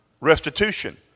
restitution